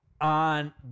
on